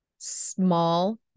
small